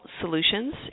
Solutions